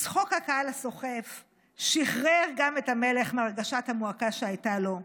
צחוק הקהל הסוחף שחרר גם את המלך מהרגשת המועקה שהייתה לו.